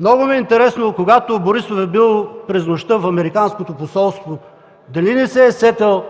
Много ми е интересно, когато през нощта Борисов е бил в Американското посолство, дали не се е сетил